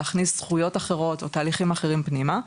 להכניס זכויות אחרות או תהליכים אחרים פנימה.